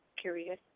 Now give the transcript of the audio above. Curious